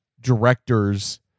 directors